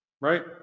right